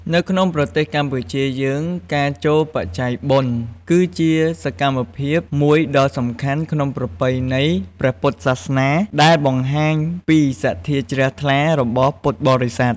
នៅក្នុងប្រទេសកម្ពុជាយើងការចូលបច្ច័យបុណ្យ គឺជាសកម្មភាពមួយដ៏សំខាន់ក្នុងប្រពៃណីព្រះពុទ្ធសាសនា ដែលបង្ហាញពីសទ្ធាជ្រះថ្លារបស់ពុទ្ធបរិស័ទ។